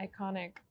Iconic